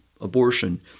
abortion